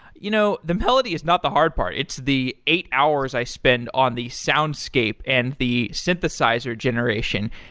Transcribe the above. you know, the melody is not the hard part. it's the eight hours i spend on the soundscape and the synthesizer generation.